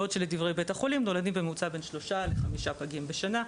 בעוד שלדברי בית החולים נולדים בממוצע בין שלושה לחמישה פגים בשנה,